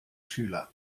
schüler